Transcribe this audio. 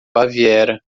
baviera